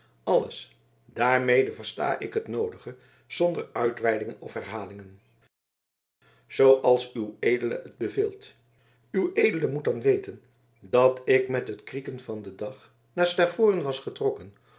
alles daarmede versta ik het noodige zonder uitweidingen of herhalingen zooals ued het beveelt ued moet dan weten dat ik met het krieken van den dag naar stavoren was getrokken